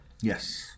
Yes